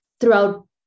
throughout